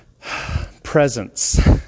presence